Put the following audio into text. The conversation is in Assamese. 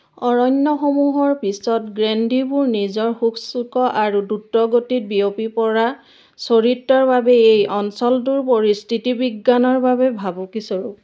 অৰণ্যসমূহৰ পিছত গ্ৰেণ্ডিবোৰ নিজৰ শুকচুক' আৰু দ্ৰুতগতিত বিয়পি পৰা চৰিত্ৰৰ বাবে এই অঞ্চলটোৰ পৰিস্থিতি বিজ্ঞানৰ বাবে ভাবুকিস্বৰূপ